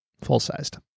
full-sized